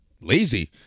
lazy